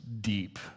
deep